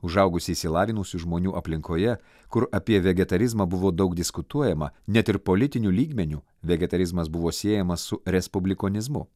užaugusi išsilavinusių žmonių aplinkoje kur apie vegetarizmą buvo daug diskutuojama net ir politiniu lygmeniu vegetarizmas buvo siejamas su respublikonizmu